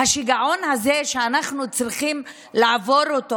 השיגעון הזה שאנחנו צריכים לעבור אותו